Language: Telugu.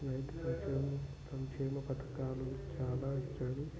రైతు సంక్షేమం సంక్షేమ పథకాలు చాలా ఇచ్చాడు